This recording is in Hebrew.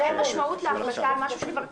אבל אין משמעות להחלטה על משהו שכבר קרה.